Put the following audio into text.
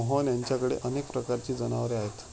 मोहन यांच्याकडे अनेक प्रकारची जनावरे आहेत